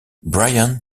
bryan